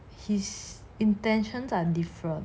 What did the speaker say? his intentions are different